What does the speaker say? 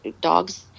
dogs